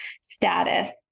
status